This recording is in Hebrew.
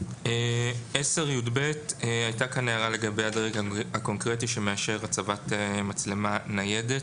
סעיף 10יב. הייתה כאן הערה לגבי הדרג הקונקרטי שמאשר הצבת מצלמה ניידת.